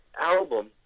album